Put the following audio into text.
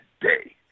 day